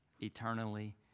eternally